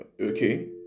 okay